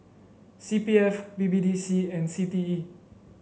C P F B B D C and C T E